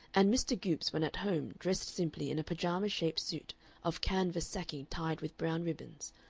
and mr. goopes when at home dressed simply in a pajama-shaped suit of canvas sacking tied with brown ribbons,